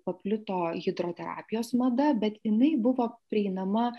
paplito hidroterapijos mada bet jinai buvo prieinama